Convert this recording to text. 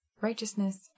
righteousness